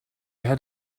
had